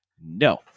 No